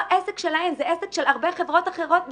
זה לא עסק שלהן אלא זה עסק של הרבה חברות אחרות בשוק.